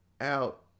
out